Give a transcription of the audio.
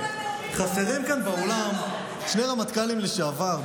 חסרים כאן באולם שני רמטכ"לים לשעבר,